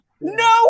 no